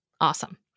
Awesome